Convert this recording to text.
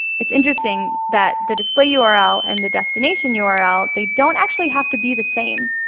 it's interesting that the display yeah url and the destination yeah url they don't actually have to be the same.